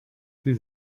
sie